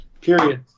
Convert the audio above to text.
period